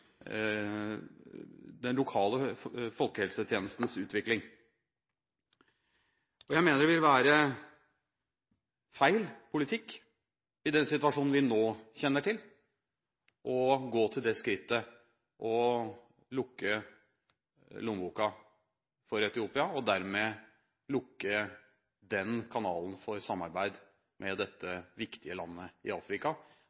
den lokale folkehelsetjenestens utvikling. Jeg mener det vil være feil politikk i den situasjonen vi nå kjenner til, å gå til det skrittet å lukke lommeboka for Etiopia og dermed lukke den kanalen for samarbeid med